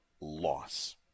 loss